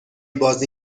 بازی